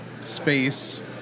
space